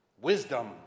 wisdom